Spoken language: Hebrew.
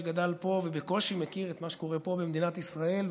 שגדל פה ובקושי מכיר את מה שקורה פה במדינת ישראל,